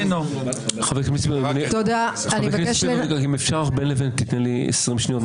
אם אפשר בין לבין תיתן לי 20 שניות,